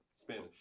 Spanish